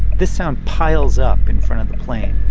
the sound piles up in front of the plane,